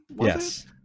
yes